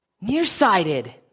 Nearsighted